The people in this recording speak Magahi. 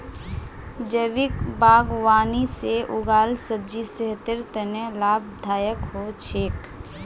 जैविक बागवानी से उगाल सब्जी सेहतेर तने लाभदायक हो छेक